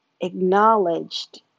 acknowledged